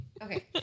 Okay